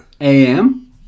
A-M